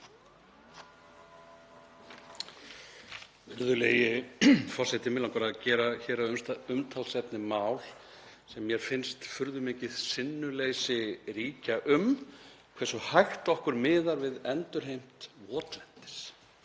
Virðulegi forseti. Mig langar að gera hér að umtalsefni mál sem mér finnst furðu mikið sinnuleysi ríkja um; hversu hægt okkur miðar við endurheimt votlendis.